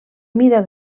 mida